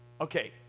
Okay